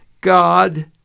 God